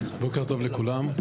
בוקר טוב לכולם.